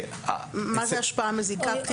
מה זו השפעה מזיקה?